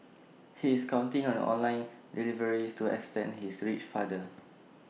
he is counting on online deliveries to extend his reach farther